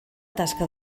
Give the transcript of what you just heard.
tasca